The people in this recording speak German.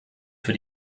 für